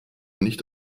nicht